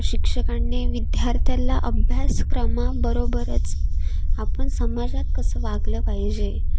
शिक्षकांनी विद्यार्थ्याला अभ्यासक्रमाबरोबरच आपण समाजात कसं वागलं पाहिजे